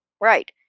Right